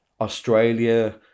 Australia